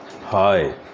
Hi